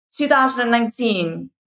2019